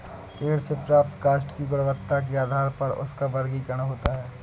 पेड़ से प्राप्त काष्ठ की गुणवत्ता के आधार पर उसका वर्गीकरण होता है